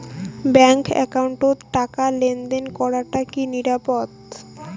Bank একাউন্টত টাকা লেনদেন করাটা কি নিরাপদ?